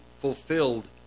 fulfilled